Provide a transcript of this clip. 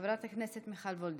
חברת הכנסת מיכל וולדיגר.